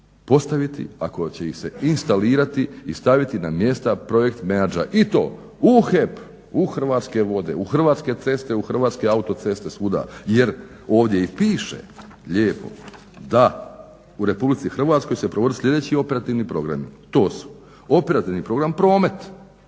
postaviti, ako će ih se instalirati i staviti na mjesta projekt menadžera i to u HEP, u Hrvatske vode, u Hrvatske ceste, u Hrvatske autoceste, svuda. Jer ovdje i piše lijepo da u Republici Hrvatskoj se provodi sljedeći operativni programi, to su: Operativni program promet,